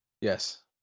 Yes